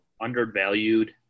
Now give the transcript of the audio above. undervalued